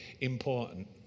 important